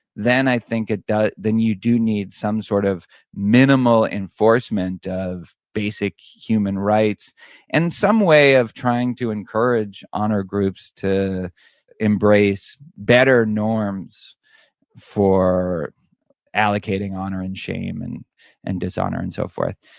then i think it does, then you do need some sort of minimal enforcement of basic human rights in and some way of trying to encourage honor groups to embrace better norms for allocating honor and shame, and and dishonor and so forth.